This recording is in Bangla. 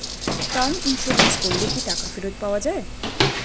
টার্ম ইন্সুরেন্স করলে কি টাকা ফেরত পাওয়া যায়?